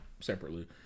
separately